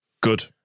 good